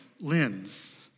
lens